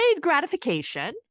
gratification